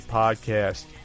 podcast